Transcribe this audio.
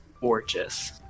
gorgeous